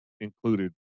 included